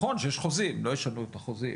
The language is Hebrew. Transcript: נכון שיש חוזים, לא ישנו את החוזים.